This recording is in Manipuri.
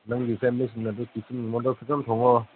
ꯅꯪꯒꯤ ꯐꯦꯃꯤꯂꯤꯁꯤꯡꯅ ꯑꯗꯨ ꯇꯤꯐꯤꯟ ꯑꯃꯗ ꯐꯖꯟꯅ ꯊꯣꯡꯉꯣ